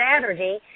Saturday